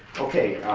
okay,